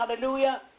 hallelujah